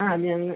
ആ ഞങ്ങൾ